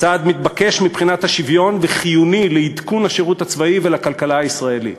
צעד מתבקש מבחינת השוויון וחיוני לעדכון השירות הצבאי ולכלכלה הישראלית: